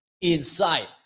inside